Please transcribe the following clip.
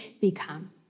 become